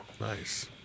Nice